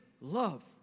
love